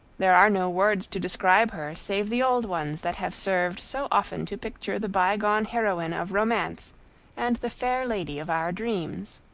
there are no words to describe her save the old ones that have served so often to picture the bygone heroine of romance and the fair lady of our dreams.